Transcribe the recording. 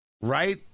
right